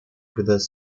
придать